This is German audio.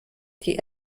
die